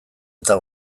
eta